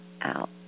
out